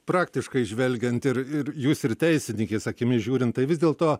praktiškai žvelgiant ir ir jūs ir teisininkės akimis žiūrint tai vis dėl to